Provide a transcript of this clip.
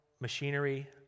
machinery